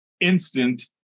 instant